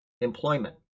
employment